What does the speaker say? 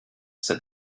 said